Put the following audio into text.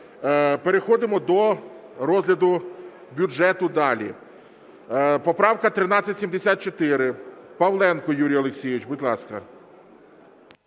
Переходимо до розгляду бюджету далі. Поправка 1374, Павленко Юрій Олексійович, будь ласка.